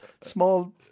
small